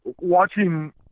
watching